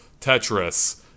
Tetris